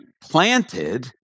planted